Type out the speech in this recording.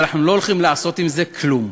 אבל אנחנו לא הולכים לעשות עם זה כלום.